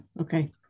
Okay